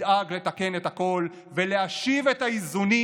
נדאג לתקן את הכול ולהשיב את האיזונים